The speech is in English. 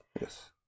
Yes